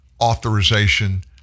authorization